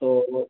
तो वह